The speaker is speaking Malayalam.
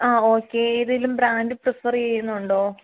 ആ ഓക്കെ ഏതെങ്കിലും ബ്രാൻഡ് പ്രിഫർ ചെയ്യുന്നുണ്ടോ